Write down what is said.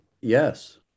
yes